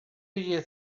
you